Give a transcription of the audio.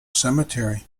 cemetery